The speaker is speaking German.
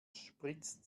spritzt